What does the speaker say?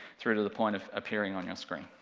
through to the point of appearing on your screen.